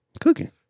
Cooking